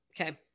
Okay